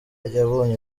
yabonye